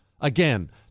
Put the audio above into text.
Again